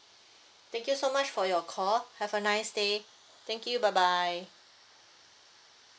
thank you so much for your call have a nice day thank you bye bye